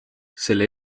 selle